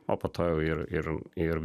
o po to jau ir ir ir